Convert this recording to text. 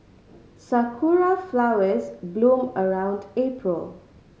sakura flowers bloom around April